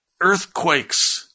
earthquakes